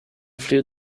flew